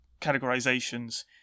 categorizations